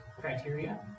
criteria